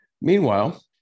Meanwhile